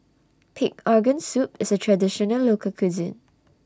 Pig Organ Soup IS A Traditional Local Cuisine